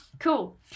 Cool